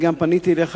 אני גם פניתי אליך,